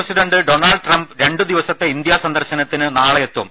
president Donald Trump രണ്ടു ദിവസത്തെ India സന്ദർശനത്തിന് നാളെ എത്തും